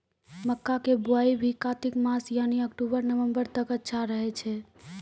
मक्का के बुआई भी कातिक मास यानी अक्टूबर नवंबर तक अच्छा रहय छै